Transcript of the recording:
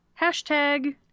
hashtag